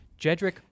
Jedrick